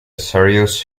serious